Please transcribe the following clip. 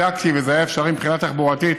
בדקתי, וזה היה אפשרי מבחינה תחבורתית,